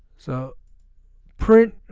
so print